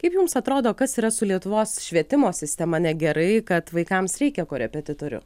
kaip jums atrodo kas yra su lietuvos švietimo sistema negerai kad vaikams reikia korepetitorių